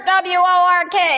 W-O-R-K